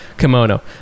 kimono